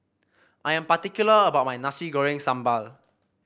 I am particular about my Nasi Goreng Sambal